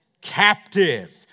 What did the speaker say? captive